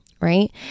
right